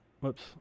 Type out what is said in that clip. Whoops